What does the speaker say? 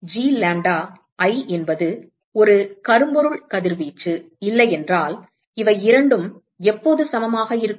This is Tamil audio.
எனவே G lambda i என்பது ஒரு கரும்பொருள் கதிர்வீச்சு இல்லை என்றால் இவை இரண்டும் எப்போது சமமாக இருக்கும்